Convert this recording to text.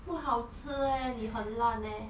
不好吃 leh 你很烂 leh